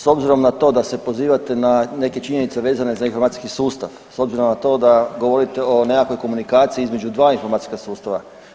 S obzirom na to sa se pozivate na neke činjenice vezane za informacijski sustav, s obzirom na to da govorite o nekakvoj komunikaciji između dva informacijska sustava.